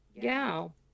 gal